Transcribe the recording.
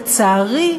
לצערי,